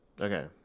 Okay